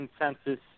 consensus